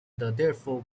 therefore